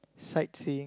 sightseeing